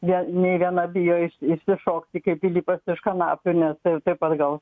ja nė viena bijo išs išsišokti kaip pilypas iš kanapių nes tai taip atgal